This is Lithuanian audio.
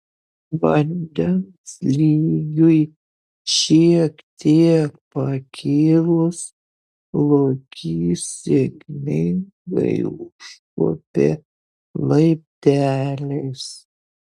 vandens lygiui šiek tiek pakilus lokys sėkmingai užkopė laipteliais